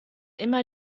immer